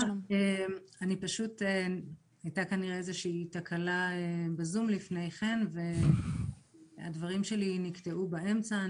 הייתה כנראה איזושהי תקלה בזום לפני כן והדברים שלי נקטעו באמצע.